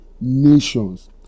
nations